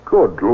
Good